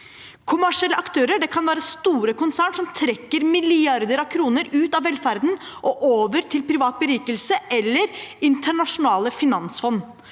Kommersielle aktører kan være store konsern som trekker milliarder av kroner ut av velferden og over til privat berikelse eller internasjonale finansfond.